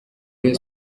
rayon